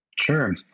Sure